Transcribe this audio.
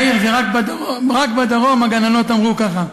מאיר, רק בדרום הגננות אמרו ככה.